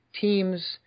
teams